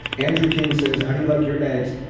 andrew king says, how do you like your eggs?